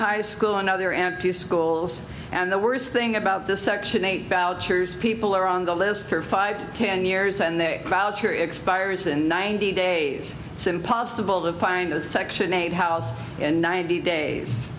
high school another empty schools and the worst thing about this section eight vouchers people are on the list for five to ten years and they are expires in ninety days it's impossible to find the section eight house and ninety days